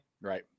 Right